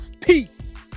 peace